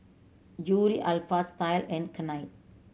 Yuri Alpha Style and Knight